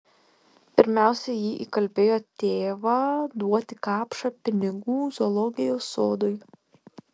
pirmiausia ji įkalbėjo tėvą duoti kapšą pinigų zoologijos sodui